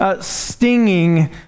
Stinging